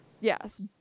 yes